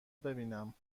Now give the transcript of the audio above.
ببینم